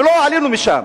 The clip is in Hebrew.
ולא עלינו משם.